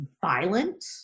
violent